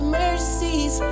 mercies